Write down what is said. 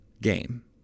game